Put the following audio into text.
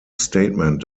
statement